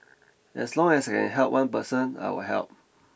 as long as I can help one person I will help